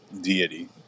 deity